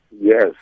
Yes